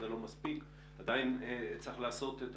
זה לא מספיק, עדיין צריך לעשות את